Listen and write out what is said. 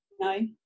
No